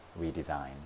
redesign